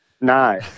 No